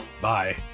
bye